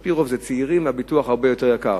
על-פי רוב זה צעירים, והביטוח הרבה יותר יקר.